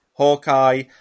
Hawkeye